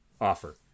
offer